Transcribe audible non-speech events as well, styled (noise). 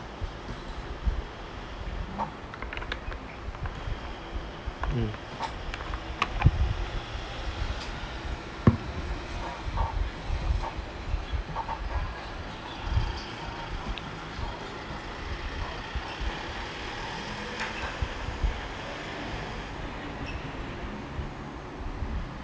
(noise) mm (noise)